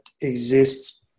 exists